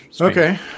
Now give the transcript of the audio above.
okay